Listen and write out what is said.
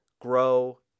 grow